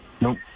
Nope